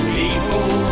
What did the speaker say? people